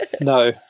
no